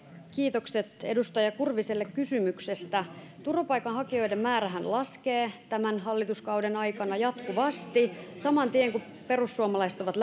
kiitokset edustaja kurviselle kysymyksestä turvapaikanhakijoiden määrähän laskee tämän hallituskauden aikana jatkuvasti saman tien kun perussuomalaiset ovat